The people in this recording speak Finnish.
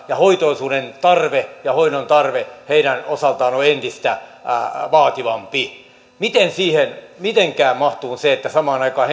ja hoitoisuuden tarve ja hoidon tarve heidän osaltaan on entistä vaativampaa miten siihen mitenkään mahtuu se että samaan aikaan